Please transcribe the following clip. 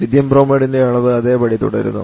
lithium ബ്രോമൈഡിന്റെ അളവ് അതേപടി തുടരുന്നു